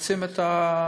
רוחצים את המאושפזים.